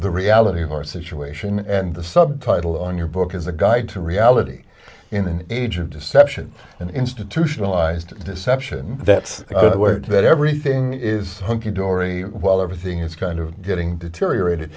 the reality of your situation and the subtitle on your book is a guy to reality in an age of deception and institutionalized deception that's a word that everything is hunky dory while everything is kind of getting deteriorated